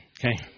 Okay